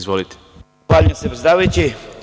Zahvaljujem se, predsedavajući.